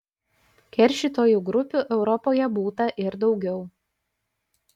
keršytojų grupių europoje būta ir daugiau